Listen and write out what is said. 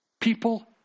People